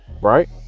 right